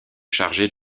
chargés